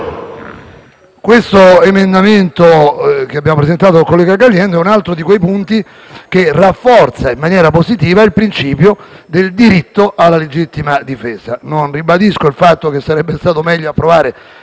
l'emendamento 1.23 che abbiamo presentato insieme al collega Caliendo è un altro di quei punti che rafforza in maniera positiva il principio del diritto alla legittima difesa. Ribadisco che sarebbe stato meglio approvare